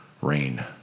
rain